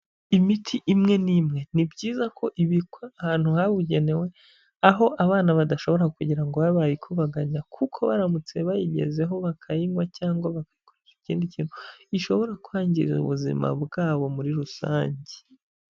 Imiti imwe n'imwe, ni byiza ko ibikwa ahantu habugenewe, aho abana badashobora kugira ngo babe bayikubaganya kuko baramutse bayigezeho bakayinywa cyangwa bakayikoresha ikindi kintu bishobora kwangiza ubuzima bwabo muri rusange.